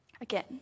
Again